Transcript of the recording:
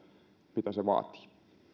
mitä se vaatii